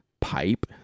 pipe